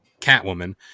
Catwoman